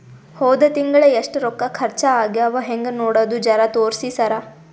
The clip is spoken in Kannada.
ಹೊದ ತಿಂಗಳ ಎಷ್ಟ ರೊಕ್ಕ ಖರ್ಚಾ ಆಗ್ಯಾವ ಹೆಂಗ ನೋಡದು ಜರಾ ತೋರ್ಸಿ ಸರಾ?